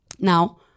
Now